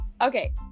Okay